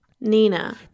Nina